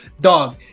Dog